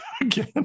again